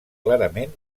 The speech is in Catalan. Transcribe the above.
clarament